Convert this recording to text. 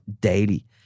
daily